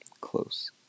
Close